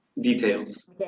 details